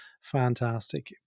Fantastic